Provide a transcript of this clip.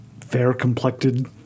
fair-complected